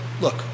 look